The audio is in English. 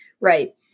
Right